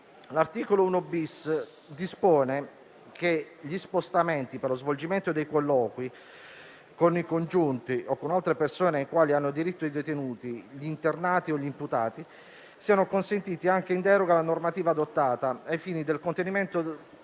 L'articolo 1-*bis* dispone che gli spostamenti per lo svolgimento dei colloqui con i congiunti o con altre persone, ai quali hanno diritto i detenuti, gli internati o gli imputati, siano consentiti anche in deroga alla normativa adottata ai fini del contenimento